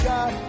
God